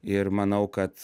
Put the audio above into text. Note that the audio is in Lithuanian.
ir manau kad